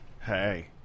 hey